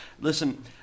Listen